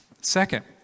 Second